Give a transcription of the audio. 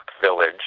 village